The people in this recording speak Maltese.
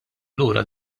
lura